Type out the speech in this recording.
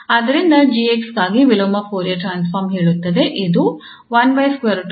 ಆದ್ದರಿಂದ 𝑔𝑥 ಗಾಗಿ ವಿಲೋಮ ಫೋರಿಯರ್ ಟ್ರಾನ್ಸ್ಫಾರ್ಮ್ ಹೇಳುತ್ತದೆ ಇದು ಆಗಿರುತ್ತದೆ ಎಂದು